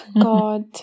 God